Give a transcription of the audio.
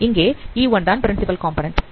இங்கே e1 தான் principal component